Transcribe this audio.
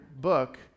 book